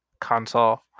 console